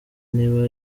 niba